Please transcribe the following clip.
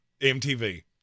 MTV